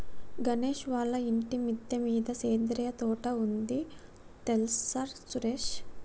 గణేష్ వాళ్ళ ఇంటి మిద్దె మీద సేంద్రియ తోట ఉంది తెల్సార సురేష్